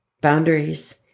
Boundaries